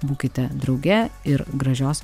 būkite drauge ir gražios